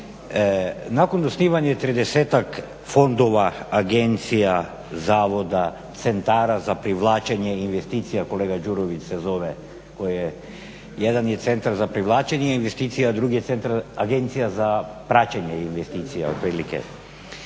Nakon osnivanja 30-ak fondova, agencija, zavoda, centara za privlačenje investicija … /Govornik se ne razumije./… jedan je Centar za privlačenje investicija a drugi je Agencija za praćenje investicija otprilike.